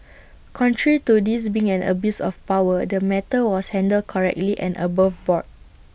contrary to this being an abuse of power the matter was handled correctly and above board